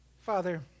Father